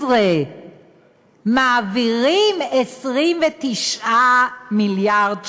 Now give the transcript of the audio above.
מעבירים 29 מיליארד ש"ח.